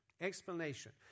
explanation